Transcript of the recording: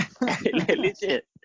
Legit